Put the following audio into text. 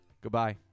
Goodbye